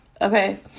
okay